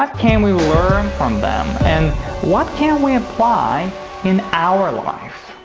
ah can we learn from them and what can we apply in our life?